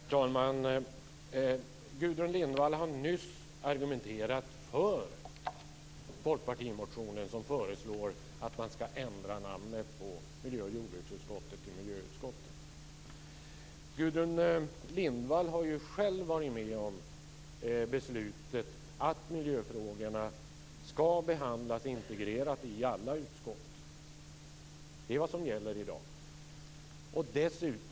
Herr talman! Gudrun Lindvall har nyss argumenterat för Folkpartimotionen, som föreslår att man skall ändra namnet på miljö och jordbruksutskottet till miljöutskottet. Gudrun Lindvall har ju själv varit med om beslutet att miljöfrågorna skall behandlas integrerat i alla utskott. Det är vad som gäller i dag.